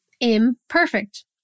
imperfect